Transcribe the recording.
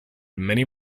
many